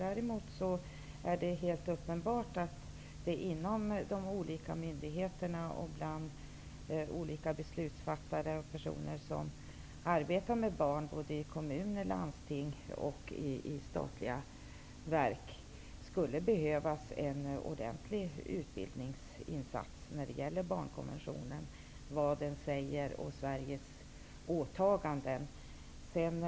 Däremot är det helt uppenbart att det inom olika myndigheter och bland olika beslutsfattare och personer som arbetar med barn inom kommuner, landsting och i statliga verk skulle behövas en ordentlig utbildningsinsats när det gäller vad barnkonventionen säger och vad Sveriges åtaganden innebär.